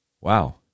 Wow